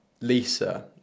Lisa